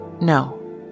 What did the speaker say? No